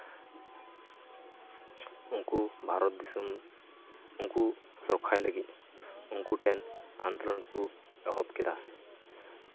ᱩᱱᱠᱩ ᱵᱷᱟᱨᱚᱛ ᱫᱤᱥᱚᱢ ᱩᱱᱠᱩ ᱨᱚᱯᱷᱟᱭ ᱞᱟᱹᱜᱤᱫ ᱩᱱᱠᱩ ᱴᱷᱮᱱ ᱟᱱᱫᱳᱞᱚᱱ ᱠᱚ ᱮᱦᱚᱵ ᱠᱮᱫᱟ